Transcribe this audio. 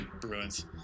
Bruins